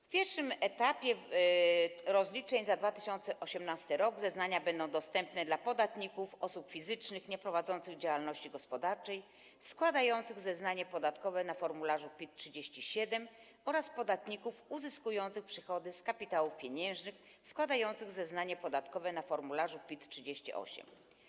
Na pierwszym etapie rozliczeń za 2018 r. zeznania będą dostępne dla podatników osób fizycznych nieprowadzących działalności gospodarczej, składających zeznanie podatkowe na formularzu PIT-37, oraz podatników uzyskujących przychody z kapitałów pieniężnych, składających zeznanie podatkowe na formularzu PIT-38.